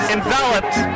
enveloped